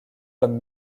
comme